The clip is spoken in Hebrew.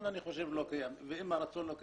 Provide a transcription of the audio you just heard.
אני חושב שהרצון לא קיים ואם הרצון לא קיים,